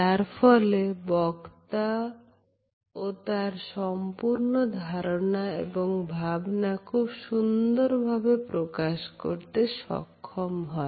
যার ফলে বক্তা ও তার সম্পূর্ণ ধারণা এবং ভাবনা খুব সুন্দর ভাবে প্রকাশ করতে সক্ষম হয়